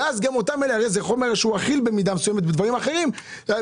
זה הרי חומר שבמידה מסוימת הוא אכיל,